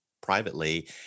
privately